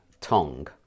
tong